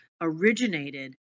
originated